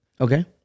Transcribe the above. Okay